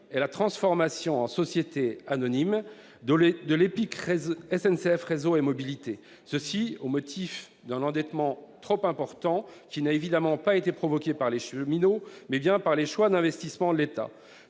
est la transformation en société anonyme de l'EPIC SNCF Réseau et Mobilités, au motif d'un endettement trop important, qui n'a évidemment pas été provoqué par les cheminots mais bien par les choix d'investissement de l'État.